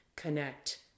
connect